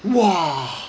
!wah!